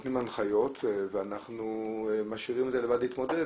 נותנים הנחיות ומשאירים את זה לבד להתמודד,